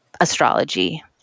astrology